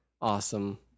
awesome